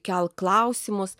kelk klausimus